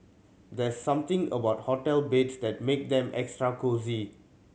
there's something about hotel beds that make them extra cosy